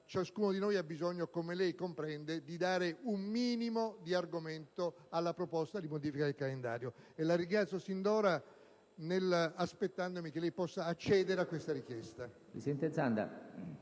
Ciascuno di noi ha bisogno, come lei comprende, di dare un minimo di argomento alla proposta di modifica del calendario. La ringrazio sin d'ora, aspettandomi che lei possa accedere a questa richiesta.